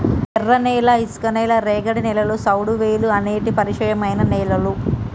ఎర్రనేల, ఇసుక నేల, రేగడి నేలలు, సౌడువేలుఅనేటి పరిచయమైన నేలలు